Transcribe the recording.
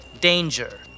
Danger